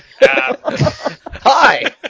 Hi